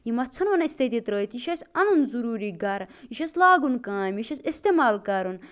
یہِ ما ژھُنہون أسۍ تٔتی ترٛٲوِتھ یہِ چھُ اَسہِ اَنُن ضروٗری گرٕ یہِ چھُ اَسہِ لاگُن کامہِ یہِ چھُ اَسہِ اِستعمال کَرُن